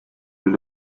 will